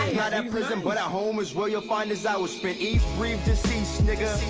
got em prism but at home is where you'll find as our spin a free deceased nigga